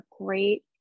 great